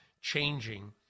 changing